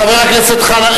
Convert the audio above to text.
חבר הכנסת חנא,